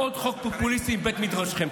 זה עוד חוק פופוליסטי מבית מדרשכם.